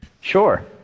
Sure